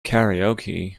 karaoke